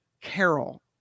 Carol